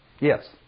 Yes